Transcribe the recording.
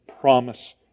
promise